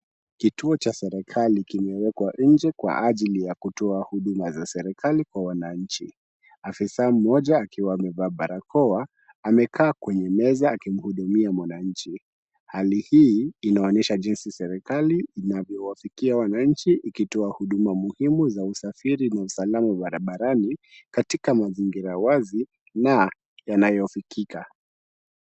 Kituo cha serikali kimewekwa nje kwa ajili ya kutoa huduma za serikali kwa wananchi. Afisa mmoja akiwa amevaa barakoa, amekaa kwenye meza akimhudumia mwananchi. Hali hii inaonyesha jinsi serikali inavyowafikia wananchi ikitoa huduma muhimu za usafiri na usalama barabarani katika mazingira wazi na yanayofikika.